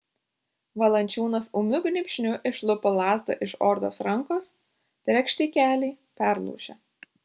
valančiūnas ūmiu grybšniu išlupo lazdą iš ordos rankos trekšt į kelį perlaužė